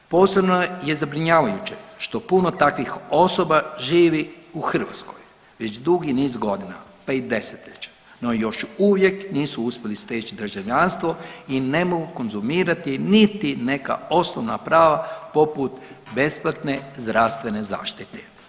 Posebno je zabrinjavajuće što puno takvih osoba ivi u Hrvatskoj već dugi niz godina pa i desetljeća, no još uvijek nisu uspjeli steći državljanstvo i ne mogu konzumirati niti neka osnovna prava poput besplatne zdravstvene zaštite.